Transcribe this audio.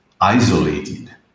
isolated